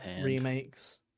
remakes